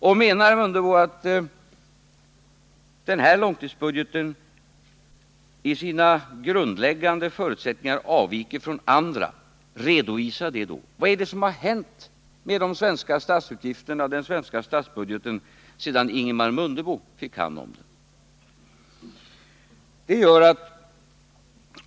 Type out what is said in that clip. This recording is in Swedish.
Menar Ingemar Mundebo att den här långtidsbudgeten i sina grundläggande förutsättningar avviker från andra, redovisa det då. Vad är det som har hänt med den svenska statsbudgeten sedan Ingemar Mundebo fick hand om den?